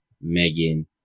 Megan